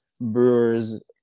brewers